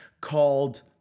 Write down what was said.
called